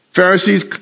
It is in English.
Pharisees